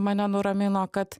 mane nuramino kad